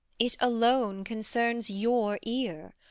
it alone concerns your ear.